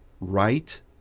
right